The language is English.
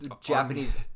Japanese